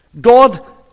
God